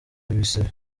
ibisebe